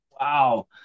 Wow